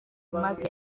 maze